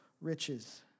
riches